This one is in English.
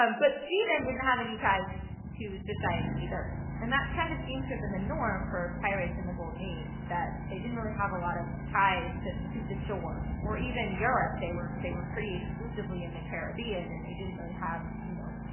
um but she then didn't have any ties to to society either and that's kind of seems to have been the norm for pirates in the golden age, that they didn't really have a lot of ties to to the shore or even europe. they were, they were pretty exclusively in the caribbean and they didn't really have, you know,